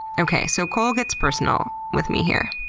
okay, so cole gets personal with me here.